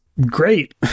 great